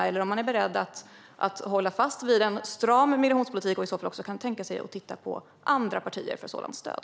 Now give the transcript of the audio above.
Eller är man är beredd att hålla fast vid en stram migrationspolitik, och kan man i så fall tänka sig att titta på stöd för den hos andra partier?